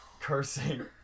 cursing